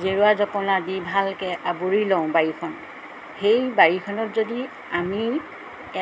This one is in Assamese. জেওৰা জপনা দি ভালকৈ আৱৰি লওঁ বাৰীখন সেই বাৰীখনত যদি আমি